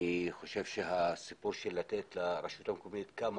אני חושב שהסיפור של לתת לרשות המקומית כמה